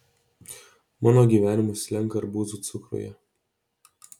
mano gyvenimas slenka arbūzų cukruje